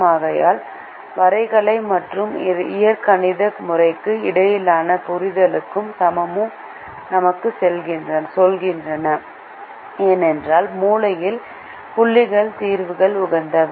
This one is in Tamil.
ஆகையால் வரைகலை மற்றும் இயற்கணித முறைக்கு இடையிலான புரிதலும் சமமும் நமக்குச் சொல்கின்றன ஏனெனில் மூலையில் புள்ளி தீர்வுகள் உகந்தவை